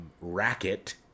racket